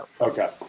okay